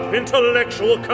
intellectual